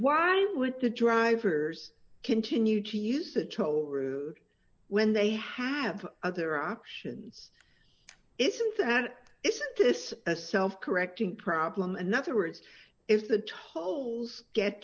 why would the drivers continue key use the toll route when they have other options isn't that isn't this a self correcting problem in other words if the tolls get